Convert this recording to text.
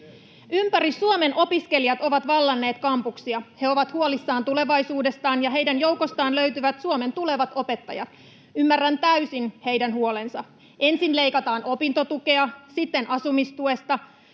Ympäri Suomen opiskelijat ovat vallanneet kampuksia. He ovat huolissaan tulevaisuudestaan, ja heidän joukostaan löytyvät Suomen tulevat opettajat. Ymmärrän täysin heidän huolensa. Ensin leikataan opintotukea, sitten asumistuesta,